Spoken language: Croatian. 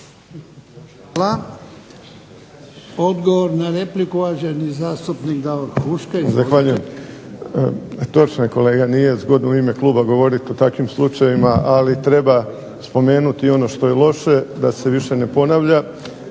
Hvala. Odgovor na repliku uvaženi zastupnik Davor Huška.